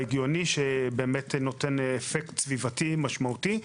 ההגיוני שנותן אפקט סביבתי משמעותי.